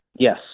Yes